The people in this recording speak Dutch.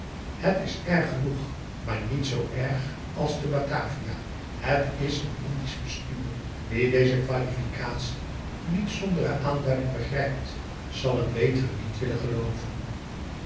het is erg genoeg maar niet zoo erg als te batavia het is een indisch bestuur wie deze qualificatie niet zonder nadere aanduiding begrijpt zal een betere niet willen gelooven